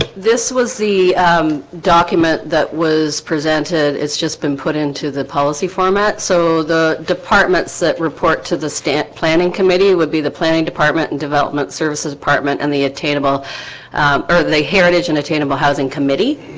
this was the document that was presented. it's just been put into the policy format so the departments that report to the stamp planning committee would be the planning department and development services department and the attainable or they heritage an and attainable housing committee.